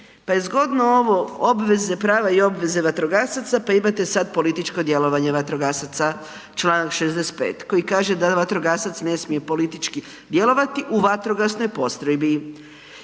pa je zgodno ovo obveze prava i obveze vatrogasaca pa imate sada političko djelovanje vatrogasaca članak 65. koji kaže da vatrogasac ne smije politički djelovati u vatrogasnoj postrojbi